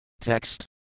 Text